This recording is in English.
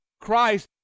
Christ